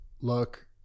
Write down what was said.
look